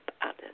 others